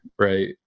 right